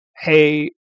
hey